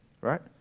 Right